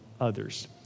others